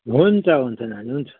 हुन्छ हुन्छ नानी हुन्छ